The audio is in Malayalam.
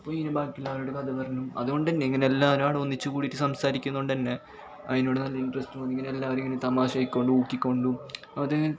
അപ്പം ഈ ബാക്കിയെല്ലാവരോടും കഥപറഞ്ഞും അതുകൊണ്ടു തന്നെ ഇങ്ങനെ എല്ലാവരും ഒന്നിച്ച് കൂടിയിട്ട് സംസാരിക്കുന്നതു കൊണ്ടു തന്നെ അതിനോട് നല്ല ഇൻട്രസ്റ്റ് തോന്നി എല്ലാവരെയും ഇങ്ങനെ തമാശയ്ക്കൊണ്ടും ഊക്കിക്കൊണ്ടും അത്